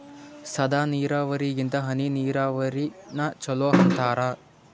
ಸಾದ ನೀರಾವರಿಗಿಂತ ಹನಿ ನೀರಾವರಿನ ಚಲೋ ಅಂತಾರ